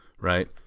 Right